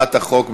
הצעת החוק?